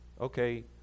okay